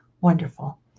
wonderful